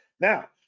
Now